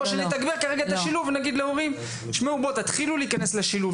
-- או שנתגבר את השילוב ונגיד להורים: תתחילו להיכנס לשילוב,